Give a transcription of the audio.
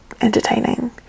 entertaining